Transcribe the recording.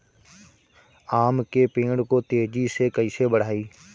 आम के पेड़ को तेजी से कईसे बढ़ाई?